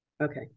Okay